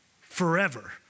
forever